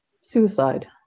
suicide